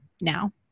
now